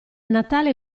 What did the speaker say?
natale